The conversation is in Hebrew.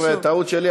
חבר'ה, טעות שלי.